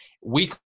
Weekly